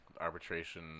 arbitration